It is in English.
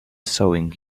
sewing